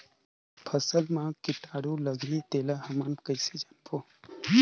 फसल मा कीटाणु लगही तेला हमन कइसे जानबो?